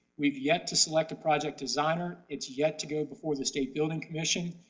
we've yet to select a project designer. it's yet to go before the state building commission.